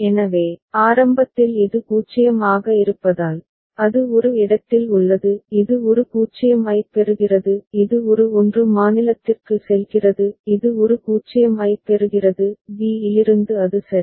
எனவே ஆரம்பத்தில் இது 0 ஆக இருப்பதால் அது ஒரு இடத்தில் உள்ளது இது ஒரு 0 ஐப் பெறுகிறது இது ஒரு 1 மாநிலத்திற்கு செல்கிறது இது ஒரு 0 ஐப் பெறுகிறது b இலிருந்து அது சரி